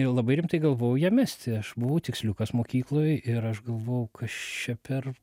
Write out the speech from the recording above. labai rimtai galvojau ją mesti aš buvau tiksliukas mokykloj ir aš galvojau kas čia per